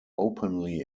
openly